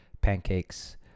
pancakes